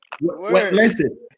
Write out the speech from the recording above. listen